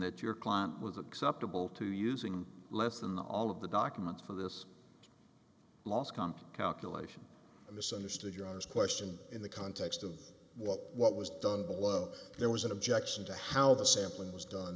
that your client was acceptable to using less than all of the documents for this calculation i misunderstood your question in the context of what was done there was an objection to how the sampling was done